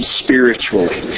spiritually